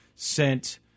Sent